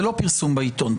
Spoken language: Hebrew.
זה לא פרסום בעיתון.